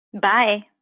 Bye